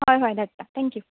हय हय धाडटा थँक्यू